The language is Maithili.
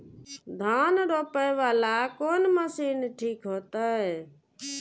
धान रोपे वाला कोन मशीन ठीक होते?